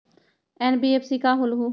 NBFC का होलहु?